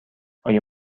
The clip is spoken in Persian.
آیا